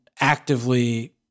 actively